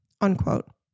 unquote